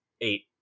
eight